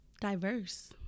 diverse